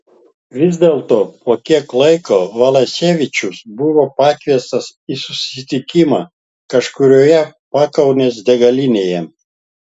vis dėlto po kiek laiko valasevičius buvo pakviestas į susitikimą kažkurioje pakaunės degalinėje